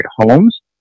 homes